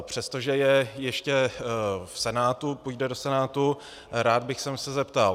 Přestože je ještě v Senátu, půjde do Senátu, rád bych se zeptal.